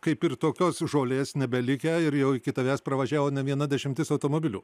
kaip ir tokios žolės nebelikę ir jau iki tavęs pravažiavo ne viena dešimtis automobilių